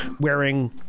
wearing